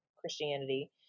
Christianity